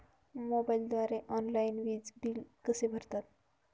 मोबाईलद्वारे ऑनलाईन वीज बिल कसे भरतात?